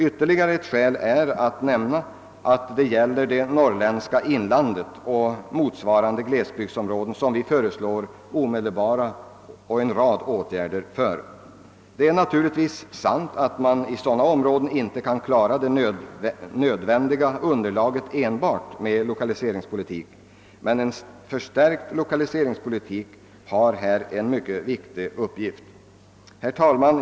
Jag vill nämna ytterligare ett skäl. Jag avser det norrländska inlandet och motsvarande glesbygdsområden, för vilka vi föreslår omedelbara åtgärder. Det är naturligtvis sant att man i sådana områden inte kan klara det nödvändiga underlaget enbart med lokaliseringspolitik, men en förstärkt lokaliseringspolitik har en mycket viktig uppgift. Herr talman!